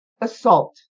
assault